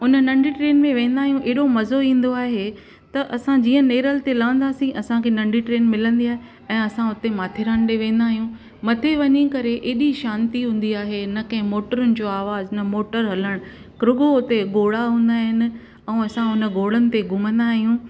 हुन नंढी ट्रेन में वेंदा आहियूं एॾो ईंदो आहे त असां जीअं नेरल ते लहंदासीं असांखे नंढी ट्रेन मिलंदी आहे ऐं असां हुते माथेरान ॾे वेंदा आहियूं मथे वञी करे एॾी शांति हूंदी आहे न कै मोटरुनि जो आवाज़ न मोटर हलण क्रोगो हुते घोड़ा हूंदा आहिनि ऐं असां हुन घोडनि ते घुमंदा आहियूं